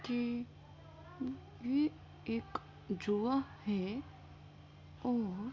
کہ وہ ایک جوا ہے اور